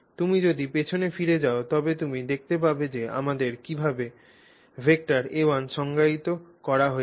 তুমি যদি পেছনে ফিরে যাও তবে তুমি দেখতে পাবে যে আমরা কীভাবে ভেক্টর a1 সংজ্ঞায়িত করেছি